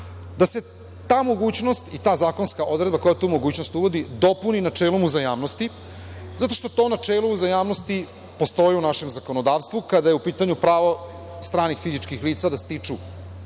njim, ta mogućnost, ta zakonska odredba koja tu mogućnost uvodi dopuni načelom uzajamnosti zato što to načelo uzajamnosti postoji u našem zakonodavstvu kada je u pitanju pravo stranih fizičkih lica da stiču